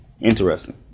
Interesting